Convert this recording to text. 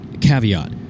caveat